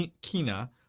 Kina